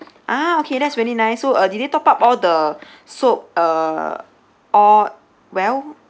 ah okay that's really nice so uh did they top up all the soap uh all well